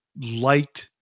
liked